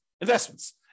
investments